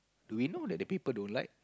do we know that the people don't like